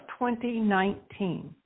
2019